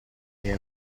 era